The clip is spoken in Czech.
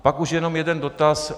Pak už jen jeden dotaz.